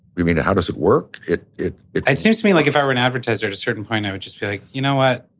you mean how does it work? it. it it seems to me, like, if i were an advertiser, at a certain point i would just be like, you know what?